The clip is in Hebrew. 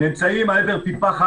נמצאים על עברי פי פחת,